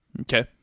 Okay